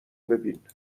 ببین